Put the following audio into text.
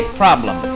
problem